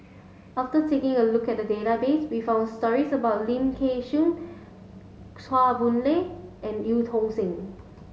after taking a look at the database we found stories about Lim Kay Siu Chua Boon Lay and Eu Tong Sen